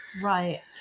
Right